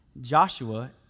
Joshua